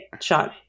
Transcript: shot